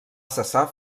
cessar